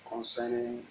Concerning